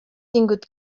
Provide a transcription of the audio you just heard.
tingut